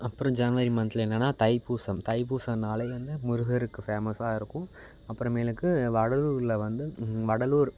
அப்புறம் ஜனவரி மந்த்தில் என்னென்னா தைப்பூசம் தைப்பூச நாளிலே வந்து முருகருக்கு ஃபேமஸாக இருக்கும் அப்புறமேலுக்கு வடலூரில் வந்து வடலூர்